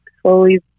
slowly